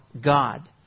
God